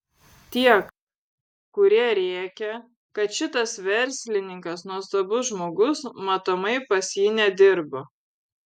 tiek kurie rėkia kad šitas verslininkas nuostabus žmogus matomai pas jį nedirbo